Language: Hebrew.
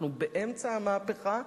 אנחנו באמצע המהפכה,